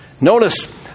Notice